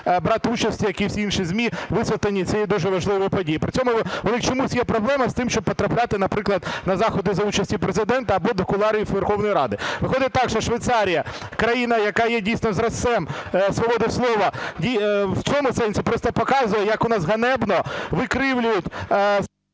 брати участь, як і всі інші ЗМІ, у висвітленні цієї дуже важливої події. Але чомусь є проблема з тим, щоб потрапляти, наприклад, на заходи за участю Президента або до кулуарів Верховної Ради. Виходить так, що Швейцарія – країна, яка є дійсно взірцем свободи слова, в цьому сенсі просто показує, як у нас ганебно викривлюють…